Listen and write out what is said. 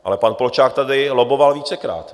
Ale pan Polčák tady lobboval vícekrát.